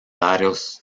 varios